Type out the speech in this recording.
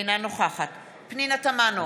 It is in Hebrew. אינה נוכחת פנינה תמנו,